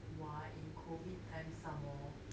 !wah! in COVID time some more